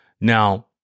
Now